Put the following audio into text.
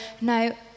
no